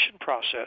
process